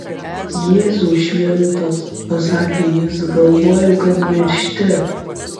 jėzau šventas pasakė jis galvojau kad miršti